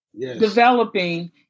developing